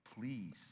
Please